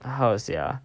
how to say ah